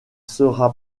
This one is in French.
sera